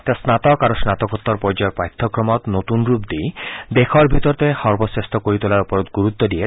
তেওঁ স্নাতক আৰু ম্নাতকোত্তৰ পৰ্যায়ৰ পাঠ্যক্ৰমত নতুন ৰূপ দি দেশৰ ভিতৰতে সৰ্বশেষ্ঠ কৰি তোলাৰ ওপৰত গুৰুত্ দিয়ে